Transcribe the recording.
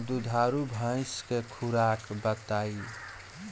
दुधारू भैंस के खुराक बताई?